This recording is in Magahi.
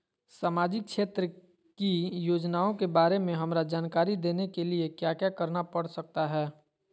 सामाजिक क्षेत्र की योजनाओं के बारे में हमरा जानकारी देने के लिए क्या क्या करना पड़ सकता है?